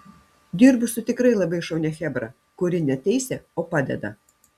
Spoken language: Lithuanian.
dirbu su tikrai labai šaunia chebra kuri ne teisia o padeda